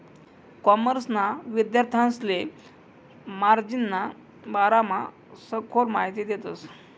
कॉमर्सना विद्यार्थांसले मार्जिनना बारामा सखोल माहिती देतस